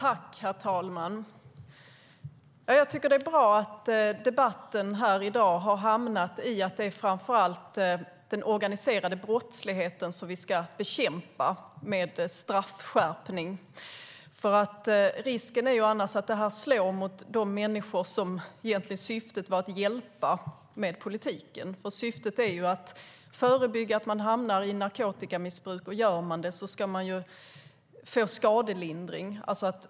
Herr talman! Jag tycker att det är bra att debatten i dag har hamnat i att det framför allt är den organiserade brottsligheten som vi ska bekämpa med en straffskärpning. Risken är annars att det slår mot de människor som politiken syftade till att hjälpa. Syftet är ju att förebygga att människor hamnar i narkotikamissbruk, och gör de det ska de få skadelindring.